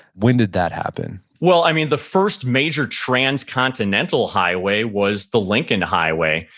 when did that happen? well, i mean, the first major transcontinental highway was the lincoln highway,